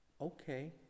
Okay